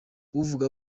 uvuga